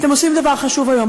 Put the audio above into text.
אתם עושים דבר חשוב היום,